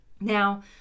Now